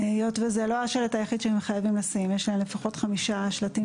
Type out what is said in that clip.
היות שזה לא השלט היחיד שמחייבים לשים יש לפחות חמישה שלטים